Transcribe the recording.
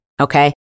okay